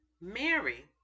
Mary